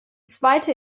zweite